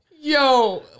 Yo